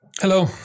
Hello